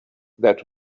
that